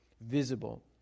visible